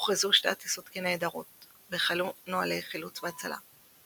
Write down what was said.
הוכרזו שתי הטיסות כנעדרות והחלו נוהלי חילוץ והצלה.